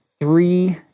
three